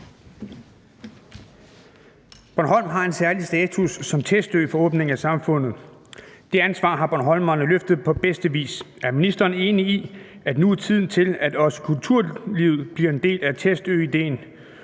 Bornholm har en særlig status som testø for åbning af samfundet, det ansvar har bornholmerne løftet på bedste vis – er ministeren enig i, at nu er det tiden til, at også kulturlivet bliver en del af testøidéen,